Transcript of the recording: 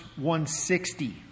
160